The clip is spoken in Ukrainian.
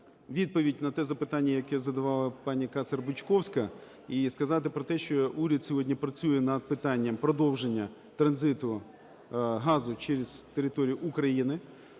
відповідь на те запитання, яке задавала пані Кацер-Бучковська, і сказати про те, що уряд сьогодні працює над питанням продовження транзиту газу через територію України.